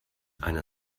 eine